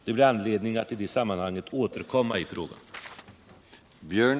Det blir anledning att i det sammanhanget återkomma i frågan.